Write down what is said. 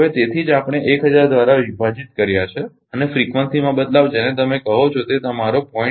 હવે તેથી જ આપણે 1000 દ્વારા વિભાજીત કર્યા છે અને ફ્રિકવન્સીમાં બદલાવ જેને તમે કહો છો તે તમારો 0